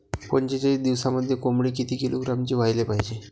पंचेचाळीस दिवसामंदी कोंबडी किती किलोग्रॅमची व्हायले पाहीजे?